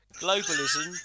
globalism